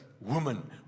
Woman